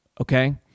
okay